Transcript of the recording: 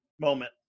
moment